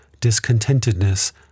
discontentedness